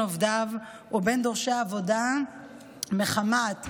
עובדיו או בין דורשי עבודה מחמת מין,